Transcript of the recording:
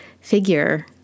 figure